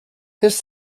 his